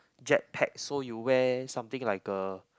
jet pack so you wear something like a